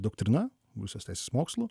doktrina musės mokslu